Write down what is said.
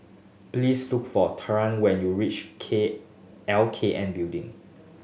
please look for Taryn when you reach K L K N Building